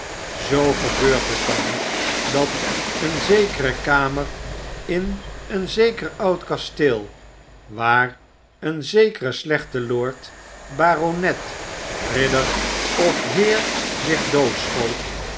zoo gebeurt het dan dat een zekere kamer in een zeker oud kasteel waar een zekere slechte lord baronet ridder of heer zich